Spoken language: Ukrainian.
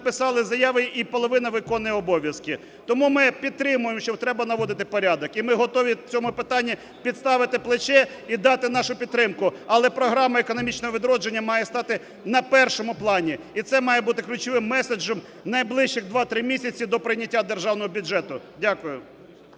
написали заяви і половина виконує обов'язки. Тому ми підтримуємо, що треба наводити порядок, і ми готові в цьому питанні підставити плече і дати нашу підтримку. Але програма економічного відродження має стати на першому плані, і це має бути ключовим меседжем найближчих 2-3 місяці до прийняття державного бюджету. Дякую.